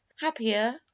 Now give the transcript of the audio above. happier